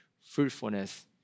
fruitfulness